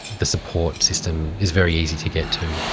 the support system is very easy to get to.